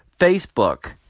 Facebook